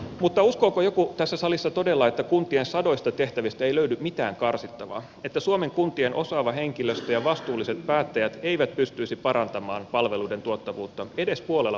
mutta uskooko joku tässä salissa todella että kuntien sadoista tehtävistä ei löydy mitään karsittavaa että suomen kuntien osaava henkilöstö ja vastuulliset päättäjät eivät pystyisi parantamaan palveluiden tuottavuutta edes puolella prosenttiyksiköllä